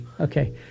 Okay